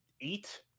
eight